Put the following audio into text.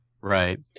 Right